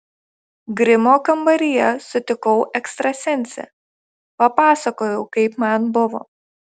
grimo kambaryje sutikau ekstrasensę papasakojau kaip man buvo